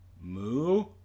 moo